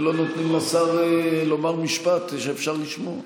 ולא נותנים לשר לומר משפט שאפשר לשמוע.